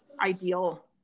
ideal